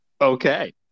Okay